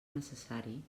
necessari